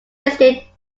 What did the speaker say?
estate